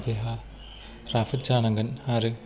देहा राफोद जानांगोन आरो